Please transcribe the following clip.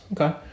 Okay